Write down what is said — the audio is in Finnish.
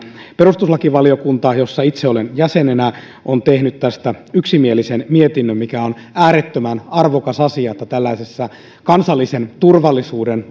perustuslakivaliokunta jossa itse olen jäsenenä on tehnyt tästä yksimielisen mietinnön mikä on äärettömän arvokas asia että tällaisessa kansallisen turvallisuuden